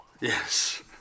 Yes